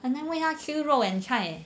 很难喂他吃肉 and 菜 leh